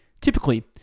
Typically